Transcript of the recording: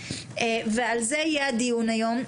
ועל זה יהיה הדיון היום.